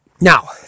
Now